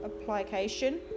application